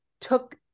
took